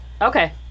Okay